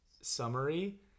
summary